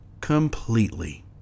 completely